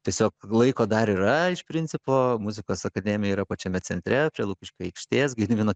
tiesiog laiko dar yra iš principo muzikos akademija yra pačiame centre prie lukiškių aikštės gedimino